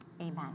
Amen